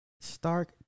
stark